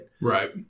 Right